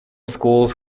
schools